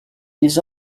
ils